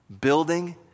Building